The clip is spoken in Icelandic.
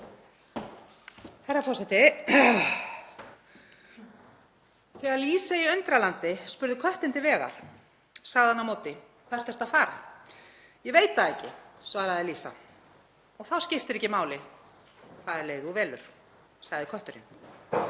Herra forseti. Þegar Lísa í Undralandi spurði köttinn til vegar sagði hann á móti: Hvert ertu að fara? Ég veit það ekki, svaraði Lísa. Þá skiptir ekki máli hvaða leið þú velur, sagði kötturinn.